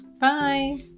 bye